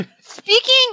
speaking